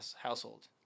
household